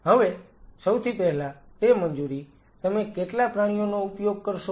હવે સૌથી પહેલા તે મંજૂરી તમે કેટલા પ્રાણીઓનો ઉપયોગ કરશો